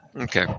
Okay